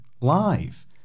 live